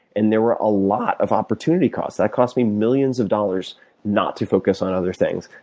and there were a lot of opportunity costs. that cost me millions of dollars not to focus on other things.